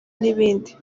n’ibindi